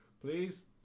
Please